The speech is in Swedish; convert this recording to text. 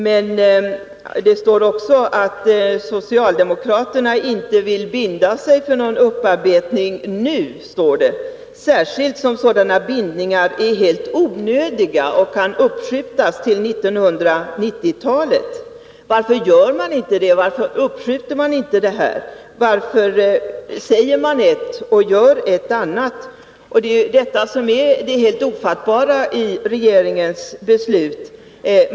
Men det står även att socialdemokraterna inte vill binda sig för någon upparbetning nu, särskilt som sådana bindningar är helt onödiga och kan uppskjutas till 1990-talet. Varför uppskjuter man inte det här? Varför säger man ett och gör ett annat? Det är detta som är det helt ofattbara när det gäller regeringens beslut.